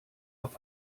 auf